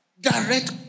direct